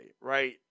right